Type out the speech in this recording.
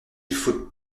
faut